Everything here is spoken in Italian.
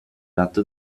ratto